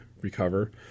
recover